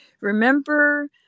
Remember